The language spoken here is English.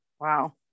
Wow